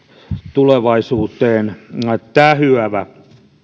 tulevaisuuteen tähyävä